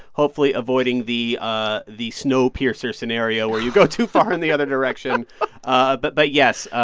hopefully avoiding the ah the snowpiercer scenario, where you go too far in the other direction ah but but yes,